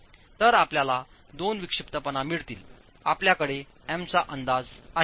तर आपल्याला दोन विक्षिप्तपणा मिळतील आपल्याकडे M चा अंदाज आहे